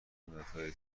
مدادهایی